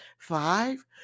Five